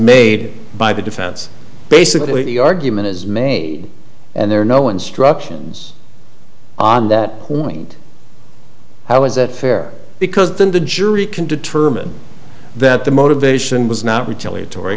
made by the defense basically the argument is made and there are no instructions on that point how is that fair because then the jury can determine that the motivation was not retaliatory